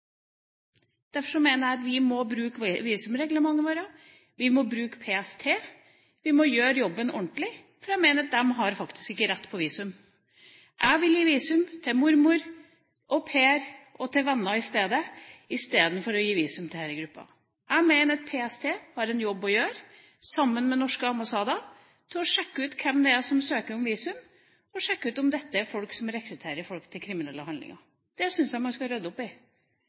Derfor mener jeg at vi må bruke visumreglementet vårt, vi må bruke PST, vi må gjøre jobben ordentlig, for jeg mener at de har faktisk ikke rett på visum. Jeg vil gi visum til mormor, au pair og til venner i stedet, istedenfor å gi visum til disse gruppene. Jeg mener at PST har en jobb å gjøre sammen med norske ambassader med hensyn til å sjekke ut hvem det er som søker om visum, og sjekke ut om dette er folk som rekrutterer folk til kriminelle handlinger. Det syns jeg man skal rydde opp i.